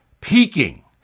peaking